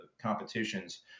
competitions